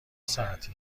ساعتی